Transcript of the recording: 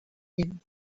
them